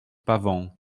pavant